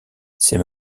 c’est